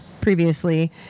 previously